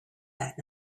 that